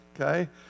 okay